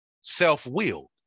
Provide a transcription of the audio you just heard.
self-willed